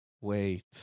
wait